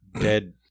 Dead